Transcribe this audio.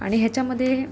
आणि ह्याच्यामध्ये